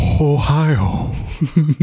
Ohio